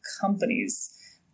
companies